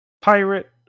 pirate